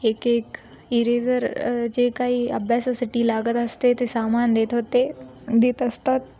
एक एक इरेजर जे काही अभ्यासासाठी लागत असते ते सामान देत होते देत असतात